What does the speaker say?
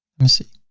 me see,